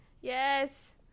Yes